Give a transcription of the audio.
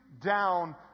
down